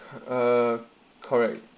ah correct